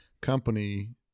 company